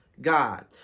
God